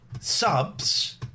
subs